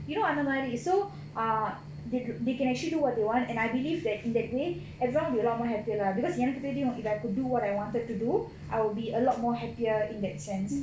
you know அந்தமாரி:andhamaari so err they they can actually do what you want and I believe that that in that way everyone will be a lot more happier lah because எனக்கு தெரியும்:enakku theriyum if I could do what I wanted to do I'll be a lot more happier in that sense